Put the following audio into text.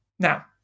Now